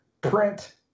print